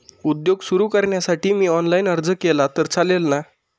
उद्योग सुरु करण्यासाठी मी ऑनलाईन अर्ज केला तर चालेल ना?